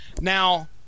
Now